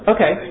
Okay